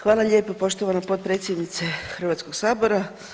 Hvala lijepo poštovana potpredsjednice Hrvatskog sabora.